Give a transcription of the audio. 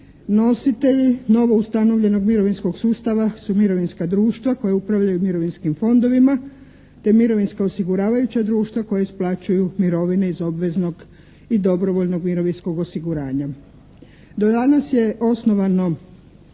Nositelji novoustanovljenog mirovinskog sustava su mirovinska društva koja upravljaju mirovinskim fondovima te mirovinska osiguravajuća društva koja isplaćuju mirovine iz obveznog i dobrovoljnog mirovinskog osiguranja.